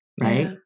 right